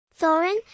Thorin